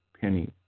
Penny